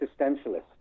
existentialist